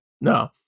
no